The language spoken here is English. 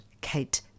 Kate